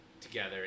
together